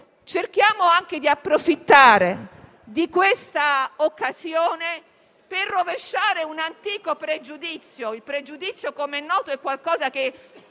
cerchiamo di approfittare di questa occasione per rovesciare un antico pregiudizio che, come è noto, è qualcosa che